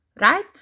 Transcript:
Right